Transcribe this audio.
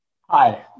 Hi